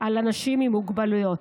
על אנשים עם מוגבלויות.